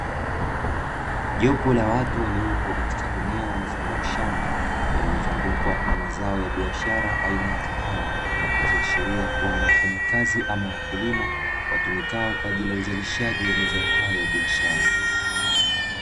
Jopo la watu waliopo katika eneo mfano wa shamba lililozungukwa na mazao ya biashara aina ya kahawa, ikiashiria kuwa ni wafanyakazi ama wakulima, watumikao kwa ajili uzalishaji wa mazao hayo ya biashara.